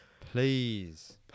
Please